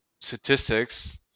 statistics